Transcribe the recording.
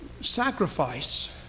sacrifice